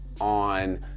on